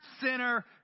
sinner